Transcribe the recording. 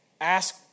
ask